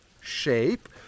shape